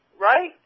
right